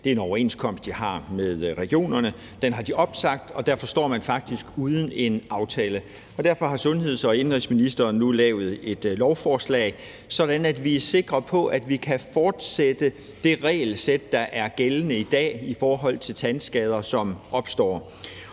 overenskomst med regionerne er blevet opsagt, og derfor står man faktisk uden en aftale. Derfor har indenrigs- og sundhedsministeren nu lavet et lovforslag, sådan at vi er sikre på, at vi kan fortsætte det regelsæt, der er gældende i dag i forhold til tandskader, som opstår,